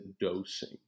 dosing